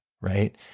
right